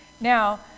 Now